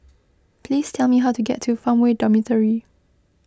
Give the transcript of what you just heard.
please tell me how to get to Farmway Dormitory